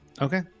Okay